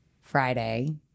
Friday